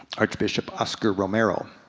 arch bishop oscar romero.